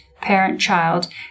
parent-child